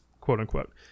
quote-unquote